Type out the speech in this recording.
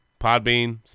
Podbean